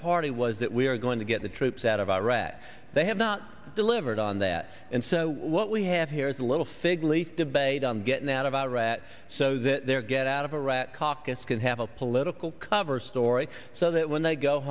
party was that we are going to get the troops out of iraq they have not delivered on that and so what we have here is a little fig leaf debate on getting out of iraq so that their get out of iraq caucus can have a political cover story so that when they go